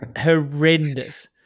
horrendous